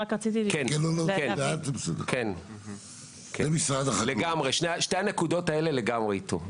כן, שתי הנקודות האלה הן לגמרי איתו.